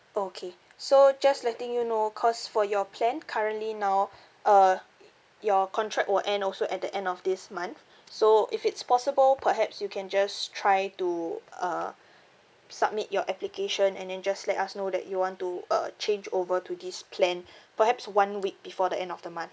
okay so just letting you know because for your plan currently now uh your contract will end also at the end of this month so if it's possible perhaps you can just try to uh submit your application and then just let us know that you want to uh change over to this plan perhaps one week before the end of the month